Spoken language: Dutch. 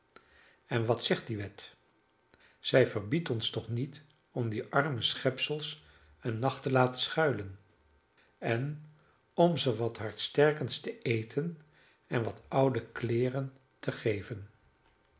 en wat zegt die wet zij verbiedt ons toch niet om die arme schepsels een nacht te laten schuilen en om ze wat hardsterkends te eten en wat oude kleeren te geven